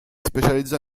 specializzò